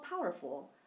powerful